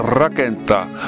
rakentaa